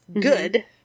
good